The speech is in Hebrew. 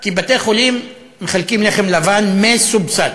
כי בתי-החולים מחלקים לחם לבן מסובסד.